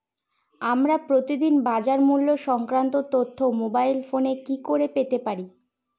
আমরা প্রতিদিন বাজার মূল্য সংক্রান্ত তথ্য মোবাইল ফোনে কি করে পেতে পারি?